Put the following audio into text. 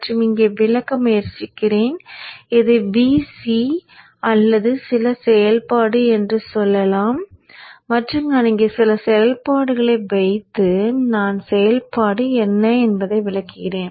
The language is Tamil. மற்றும் இங்கே விளக்க முயற்சிக்கிறேன் இதை Vc அல்லது சில செயல்பாடு என்று சொல்லலாம் மற்றும் நான் இங்கே சில செயல்பாடுகளை வைத்து நான் செயல்பாடு என்ன என்பதை விளக்குகிறேன்